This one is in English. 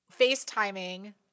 facetiming